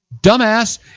Dumbass